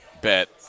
bet